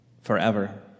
forever